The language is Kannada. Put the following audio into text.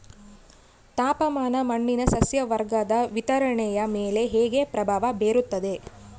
ತಾಪಮಾನ ಮಣ್ಣಿನ ಸಸ್ಯವರ್ಗದ ವಿತರಣೆಯ ಮೇಲೆ ಹೇಗೆ ಪ್ರಭಾವ ಬೇರುತ್ತದೆ?